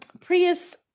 Prius